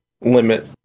limit